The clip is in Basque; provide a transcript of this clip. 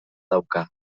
dauka